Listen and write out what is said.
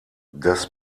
das